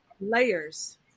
layers